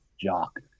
jock